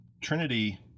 Trinity